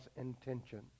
intention